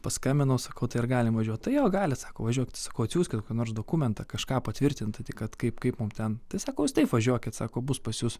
paskambinau sakau tai ar galim važiuot tai jo galit sako važiuokit sakau atsiųskit kokį nors dokumentą kažką patvirtinta tai kad kaip kaip mum ten tai sako taip važiuokit sako bus pas jus